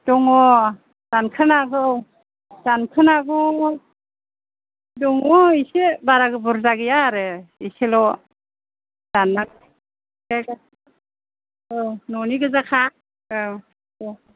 दङ दानखानांगौ दानखानांगौ दङ इसे बारा बुरजा गैया आरो इसेल' दानना औ न'नि गोजाखा औ दे